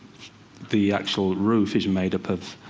the actual roof is made up of